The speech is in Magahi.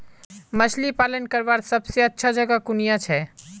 मछली पालन करवार सबसे अच्छा जगह कुनियाँ छे?